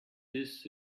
this